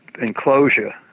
enclosure